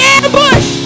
ambush